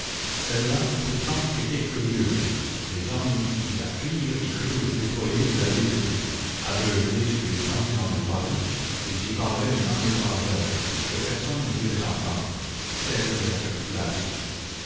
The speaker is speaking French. celle-là pourtant était curieuse les hommes qui la firent y crurent déployer de l'habileté aveuglés sur les sentiments de paris ils y parlaient une langue étrangère que personne ne voulait entendre celle de la capitulation